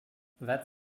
that